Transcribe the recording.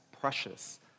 precious